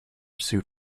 suit